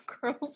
girls